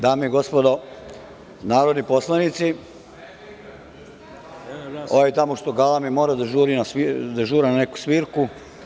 Dame i gospodo narodni poslanici [[Saša Radulović: A, replika?]] Ovaj tamo što galami mora da žuri na neku svirku.